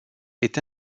est